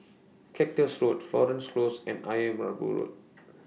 Cactus Road Florence Close and Ayer Merbau Road